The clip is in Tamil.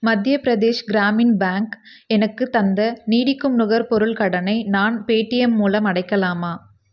மத்திய பிரதேஷ் கிராமின் பேங்க் எனக்கு தந்த நீடிக்கும் நுகர்பொருள் கடனை நான் பேடீஎம் மூலம் அடைக்கலாமா